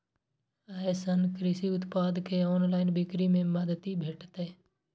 अय सं कृषि उत्पाद के ऑनलाइन बिक्री मे मदति भेटतै